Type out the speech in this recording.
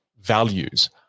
values